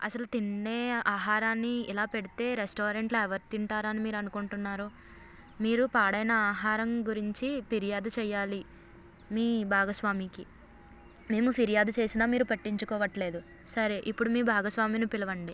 అస్సలు తినే ఆహారాన్ని ఇలా పెడితే రెస్టారెంట్లో ఎవరు తింటారని మీరు అనుకుంటున్నారు మీరు పాడైన ఆహరం గురించి పిర్యాదు చేయాలి మీ భాగస్వామికి మేము పిర్యాదు చేసిన మీరు పట్టించుకోవటం లేదు సరే ఇప్పుడు మీ భాగస్వామిని పిలవండి